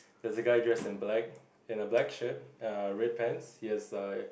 there's a guy dressed in black in a black shirt err red pants he has a